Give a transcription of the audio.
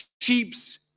sheep's